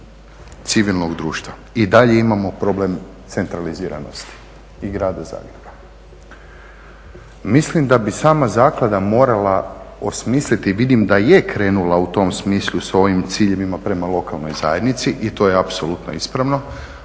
civilnog društva i dalje imamo problem centraliziranosti i Grada Zagreba. Mislim da bi sama zaklada morala osmisliti, vidim da je krenula u tom smislu s ovim ciljevima prema lokalnoj zajednici, i to je apsolutno ispravno